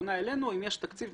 פונה אלינו ואם יש תקציב,